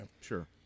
sure